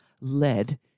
lead